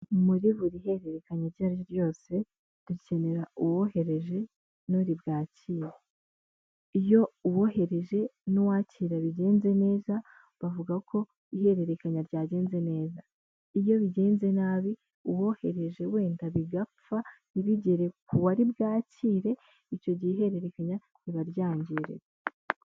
Muri buri hererekanya iryo ari ryo ryose, dukenera uwohereje n'uri bwakira, iyo uwohereje n'uwakira bigenze neza bavuga ko ihererekanya ryagenze neza, iyo bigenze nabi uwohereje wenda bigapfa, ntibigere ku wari bwakire, icyo gihe ihererekanya riba ryangiriwe.